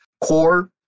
core